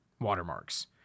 Watermarks